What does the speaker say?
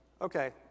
Okay